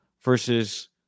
versus